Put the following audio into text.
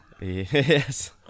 yes